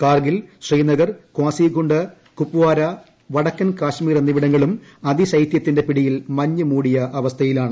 കാർഗിൽ ശ്രീനഗർ കാസിഗു ് കുപ്പാര വടക്കൻ കാശ്മീർ എന്നിവിടങ്ങളും അതിശൈത്യത്തിന്റെ പിടിയിൽ മഞ്ഞു മൂടിയ അവസ്ഥയിലാണ്